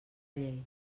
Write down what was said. llei